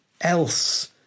else